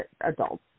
adults